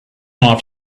off